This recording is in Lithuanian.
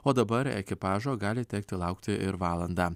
o dabar ekipažo gali tekti laukti ir valandą